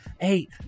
eight